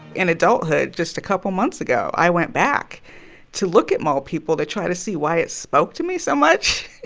in adulthood, just a couple months ago, i went back to look at mole people to try to see why it spoke to me so much.